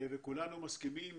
כולנו מסכימים